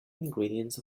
ingredients